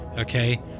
okay